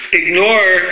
ignore